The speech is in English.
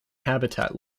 habitat